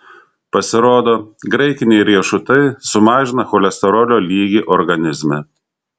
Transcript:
pasirodo graikiniai riešutai sumažina cholesterolio lygį organizme